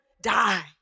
die